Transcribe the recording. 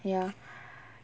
ya